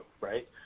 right